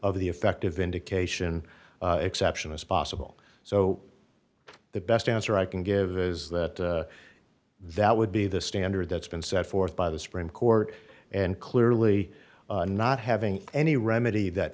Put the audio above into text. of the effective indication exception as possible so the best answer i can give is that that would be the standard that's been set forth by the supreme court and clearly not having any remedy that